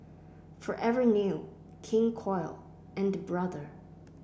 Forever New King Koil and Brother